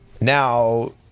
now